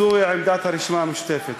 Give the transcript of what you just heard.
זוהי עמדת הרשימה המשותפת.